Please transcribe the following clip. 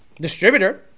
distributor